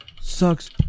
sucks